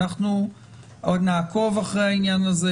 אנחנו עוד נעקוב אחרי העניין הזה,